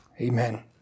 Amen